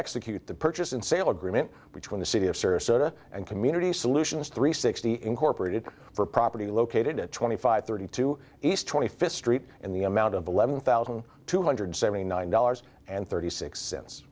execute the purchase and sale agreement between the city of service soda and community solutions three sixty incorporated for property located at twenty five thirty two east twenty fifth street in the amount of eleven thousand two hundred seventy nine dollars and thirty six cents